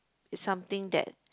it's something that